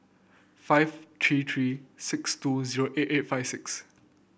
five three three six two zero eight eight five six